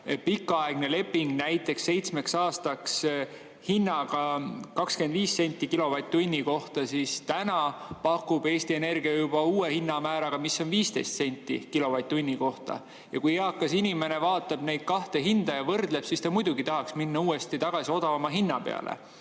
pikaaegne leping näiteks seitsmeks aastaks hinnaga 25 senti kilovatt-tunni kohta, siis täna pakub Eesti Energia juba uue hinnamääraga, mis on 15 senti kilovatt-tunni kohta. Ja kui eakas inimene vaatab neid kahte hinda ja võrdleb, siis ta muidugi tahaks minna uuesti tagasi odavama hinna peale.